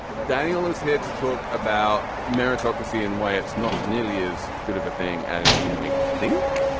daniel is here to talk about meritocracy and why it's not nearly as good of a thing as you might think.